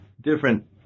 different